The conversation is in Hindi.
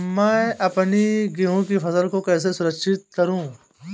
मैं अपनी गेहूँ की फसल को कैसे सुरक्षित करूँ?